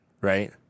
right